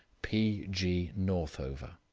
p. g. northover.